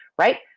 Right